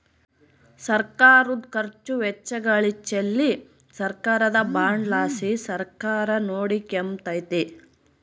ಸರ್ಕಾರುದ ಖರ್ಚು ವೆಚ್ಚಗಳಿಚ್ಚೆಲಿ ಸರ್ಕಾರದ ಬಾಂಡ್ ಲಾಸಿ ಸರ್ಕಾರ ನೋಡಿಕೆಂಬಕತ್ತತೆ